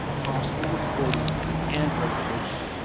possible recording time, and resolution.